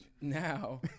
now